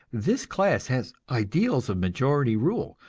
this class has ideals of majority rule,